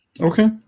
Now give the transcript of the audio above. Okay